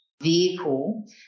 vehicle